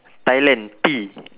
thailand T